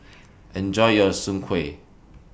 Enjoy your Soon Kway